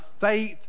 faith